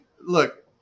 look